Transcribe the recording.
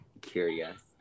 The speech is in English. Curious